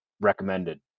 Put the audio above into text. recommended